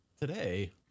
today